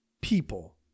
people